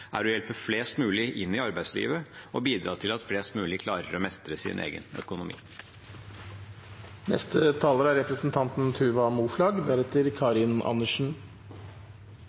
er å hjelpe flest mulig inn i arbeidslivet og bidra til at flest mulig klarer å mestre sin egen økonomi.